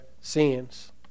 sins